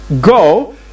go